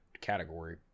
category